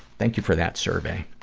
thank you for that survey.